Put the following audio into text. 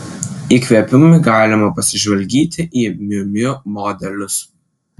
įkvėpimui galima pasižvalgyti į miu miu modelius